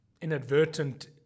inadvertent